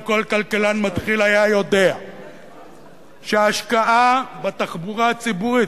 וכל כלכלן מתחיל היה יודע שההשקעה בתחבורה הציבורית,